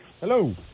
Hello